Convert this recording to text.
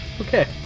Okay